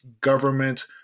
government